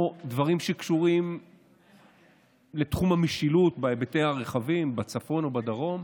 או דברים שקשורים לתחום המשילות בהיבטיה הרחבים בצפון או בדרום.